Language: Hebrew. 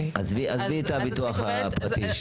עזבי את הביטוח הפרטי.